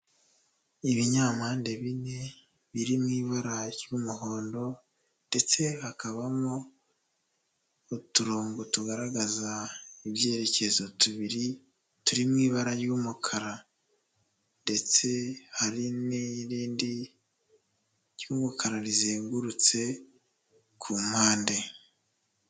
Ibinyampande bine, biri mu ibara ry'umuhondo, ndetse hakabamo uturongo tugaragaza ibyerekezo tubiri, turi mu ibara ry'umukara, ndetse hari n'irindi ry'umukara rizengurutse ku mpande.